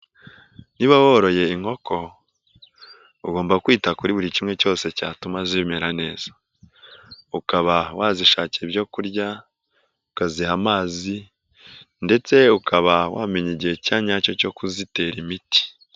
Niba woroye inkoko ugomba kwita kuri buri kimwe cyose cyatuma zimera neza, ukaba wazishakira ibyo kurya ukaziha amazi ndetse ukaba wamenya igihe cya nyacyo cyo kuzitera imiti.